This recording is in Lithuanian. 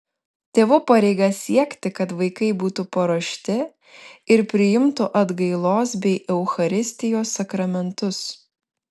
tėvų pareiga siekti kad vaikai būtų paruošti ir priimtų atgailos bei eucharistijos sakramentus